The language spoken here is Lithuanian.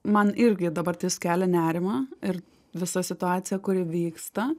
man irgi dabartis kelia nerimą ir visa situacija kuri vyksta